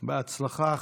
בהצלחה.